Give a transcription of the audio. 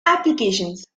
applications